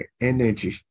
energy